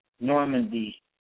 Normandy